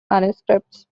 manuscripts